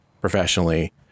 professionally